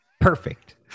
Perfect